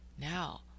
Now